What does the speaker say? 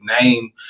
name